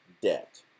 debt